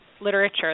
literature